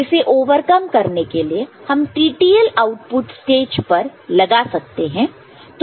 इसे ओवरकम करने के लिए हम TTL आउटपुट स्टेज पर लगा सकते हैं